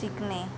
शिकणे